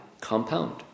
Compound